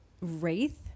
Wraith